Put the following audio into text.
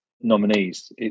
nominees